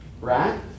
Right